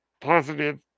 Positive